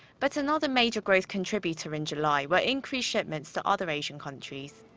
but another major growth contributor in july. were increased shipments to other asian countries.